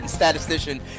statistician